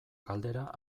galdera